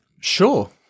Sure